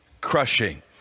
crushing